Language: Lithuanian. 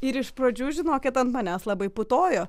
ir iš pradžių žinokit ant manęs labai putojo